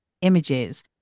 images